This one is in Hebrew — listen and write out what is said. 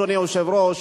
אדוני היושב-ראש,